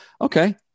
Okay